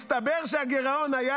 מסתבר שהגירעון היה